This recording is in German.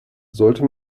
sollte